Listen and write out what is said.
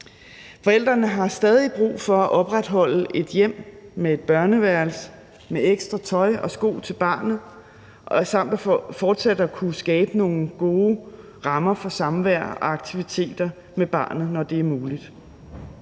Forældrene har stadig brug for at opretholde et hjem med et børneværelse med ekstra tøj og sko til barnet for fortsat at kunne skabe nogle gode rammer for samvær og aktiviteter med barnet, når det er muligt.